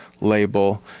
label